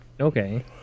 Okay